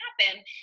happen